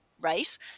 race